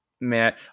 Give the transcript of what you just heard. man